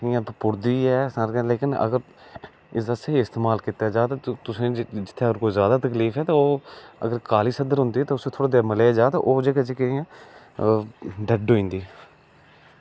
कोई पुड़दी ऐ लेकिन अगर इसदा स्हेई इस्तेमाल कीता जा ते अगर कोई जादा तकलीफ ऐ ते ओह् अगर अगर कारी सद्धर होंदी ते थ्होई जा ते जेह्के ओह् डैड होंदी